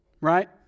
right